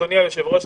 אדוני היושב-ראש,